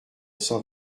cent